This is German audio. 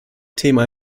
themen